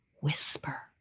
whisper